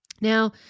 Now